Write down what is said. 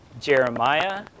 Jeremiah